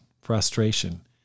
frustration